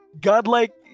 godlike